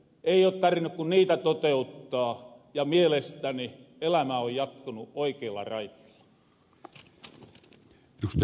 ei oo tarvinnu ku niitä toteuttaa ja mielestäni elämä on jatkunu oikeilla raiteilla